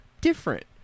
different